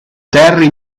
terry